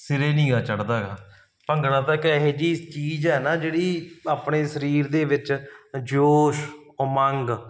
ਸਿਰੇ ਨੀਗਾ ਚੜਦਾ ਗਾ ਭੰਗੜਾ ਤਾਂ ਇੱਕ ਇਹੋ ਜਿਹੀ ਚੀਜ਼ ਹੈ ਨਾ ਜਿਹੜੀ ਆਪਣੇ ਸਰੀਰ ਦੇ ਵਿੱਚ ਜੋਸ਼ ਉਮੰਗ